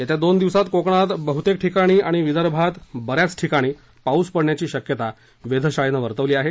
येत्या दोन दिवसात कोकणात बहुतेक ठिकाणी आणि विदर्भात बरेच ठिकाणी पाऊस पडण्याची शक्यता वेधशाळेनं वर्तवली आहे